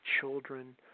children